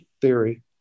theory